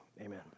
Amen